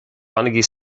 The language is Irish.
bainigí